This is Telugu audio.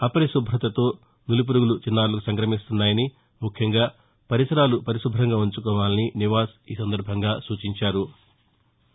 అపరిశుభ్రతతో నులిపురుగులు చిన్నారులకు సంక్రమిస్తున్నాయని ముఖ్యంగా పరిసరాలు పరిశుభ్రంగా ఉంచుకోవాలని నివాస్ ఈ సందర్బంగా సూచించారు